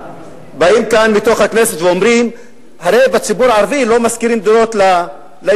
באים לכאן ואומרים בכנסת: הרי בציבור הערבי לא משכירים דירות ליהודים.